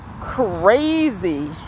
crazy